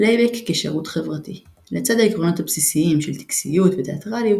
פלייבק כשירות חברתי לצד העקרונות הבסיסיים של טקסיות ותיאטרליות,